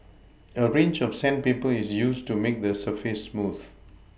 a range of sandpaper is used to make the surface smooth